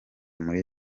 muri